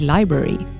Library